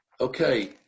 Okay